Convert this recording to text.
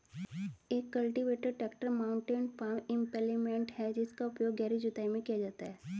एक cultivator tractor mounted farm implement है जिसका उपयोग गहरी जुताई में किया जाता है